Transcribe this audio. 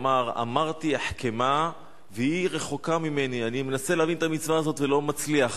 "אמרתי אחכמה והיא רחוקה ממני" אני מנסה להרים את המצווה הזו ולא מצליח.